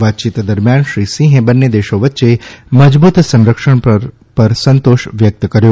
વાતચીત દરમ્યાન શ્રી સિંહે બંને દેશો વચ્ચે મજબૂત સંરક્ષણ પર સંતોષ વ્યક્ત કર્યો